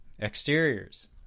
exteriors